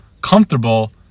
comfortable